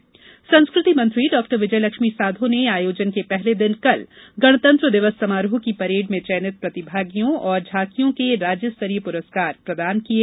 इस आयोजन में संस्कृति मंत्री डॉ विजयलक्ष्मी साधौ ने आयोजन के पहले दिन कल गणतंत्र दिवस समारोह की परेड में चयनित प्रतिभागियों और झांकियों के राज्य स्तरीय पुरस्कार प्रदान किये